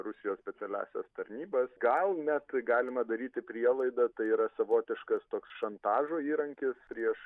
rusijos specialiąsias tarnybas gal net galima daryti prielaidą tai yra savotiškas toks šantažo įrankis prieš